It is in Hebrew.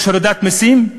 יש הורדת מסים?